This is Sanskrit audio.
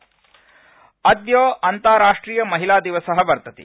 महिला दिवस अद्य अन्ताराष्ट्रियमहिलादिवस वर्तते